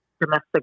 domestic